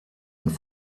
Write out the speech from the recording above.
und